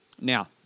Now